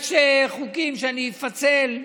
יש חוקים שאני אפצל,